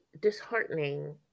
disheartening